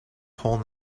whole